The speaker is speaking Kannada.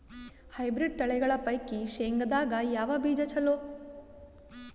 ಹೈಬ್ರಿಡ್ ತಳಿಗಳ ಪೈಕಿ ಶೇಂಗದಾಗ ಯಾವ ಬೀಜ ಚಲೋ?